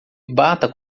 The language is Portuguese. bata